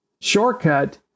shortcut